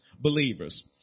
believers